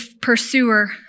pursuer